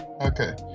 Okay